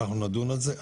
אנחנו נדון על זה.